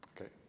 Okay